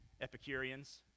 Epicureans